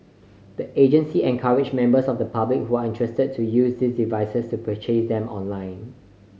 the agency encouraged members of the public who are interested to use these devices to purchase them online